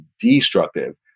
destructive